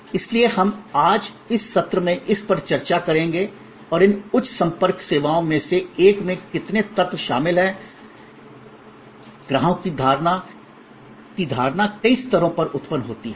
इसलिए हम आज इस सत्र में इस पर चर्चा करेंगे कि इन उच्च संपर्क सेवाओं में से एक में कितने तत्व शामिल हैं और इसलिए ग्राहकों की धारणा कई स्तरों पर उत्पन्न होती है